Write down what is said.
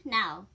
now